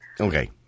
Okay